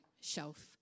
shelf